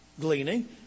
gleaning